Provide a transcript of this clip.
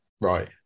right